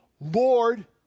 Lord